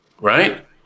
right